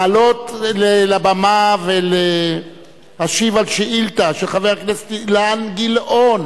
לעלות לבמה ולהשיב על שאילתא של חבר הכנסת אילן גילאון